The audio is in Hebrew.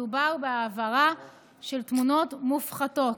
מדובר בהעברה של תמונות מופחתות.